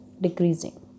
decreasing